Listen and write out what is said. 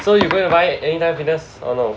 so you are going to buy at Anytime Fitness or no